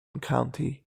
county